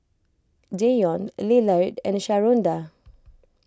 Deion Lillard and Sharonda